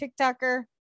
tiktoker